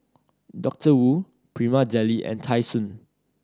Doctor Wu Prima Deli and Tai Sun